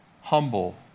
humble